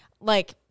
like-